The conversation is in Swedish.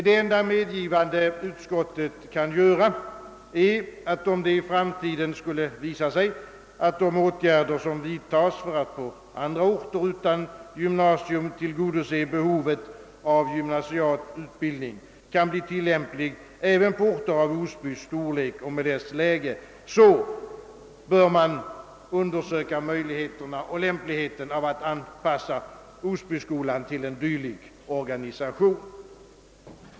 Det enda medgivande utskottet kan göra är, att om det i framtiden skulle visa sig »att de åtgärder som vidtages för att på orter utan gymnasium tillgodose behovet av gymnasial utbildning kan bli tillämpliga även på orter av Osbys storlek och med dess läge bör man givetvis undersöka möjligheten och lämpligheten av att anpassa Osbyskolan till en dylik organisation«.